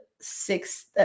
six